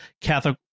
Catholic